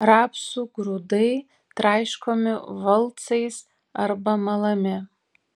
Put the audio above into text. rapsų grūdai traiškomi valcais arba malami